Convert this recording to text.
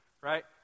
right